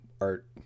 art